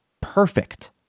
perfect